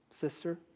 sister